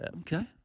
Okay